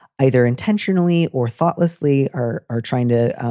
either intentionally or thoughtlessly or are trying to